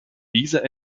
dieser